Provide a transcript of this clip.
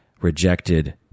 rejected